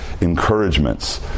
encouragements